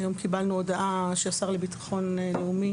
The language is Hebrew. היום קיבלנו הודעה שהשר לביטחון לאומי